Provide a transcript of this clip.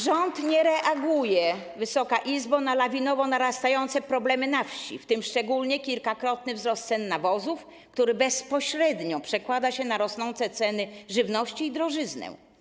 Rząd nie reaguje, Wysoko Izbo, na lawinowo narastające problemy na wsi, w tym szczególnie kilkakrotny wzrost cen nawozów, który bezpośrednio przekłada się na rosnące ceny żywności i drożyznę.